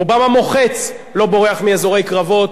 רובם המוחץ לא בורח מאזורי קרבות,